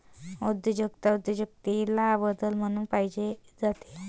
उद्योजकता उद्योजकतेला बदल म्हणून पाहिले जाते